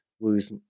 lose